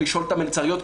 לשאול את המלצריות,